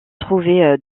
trouvé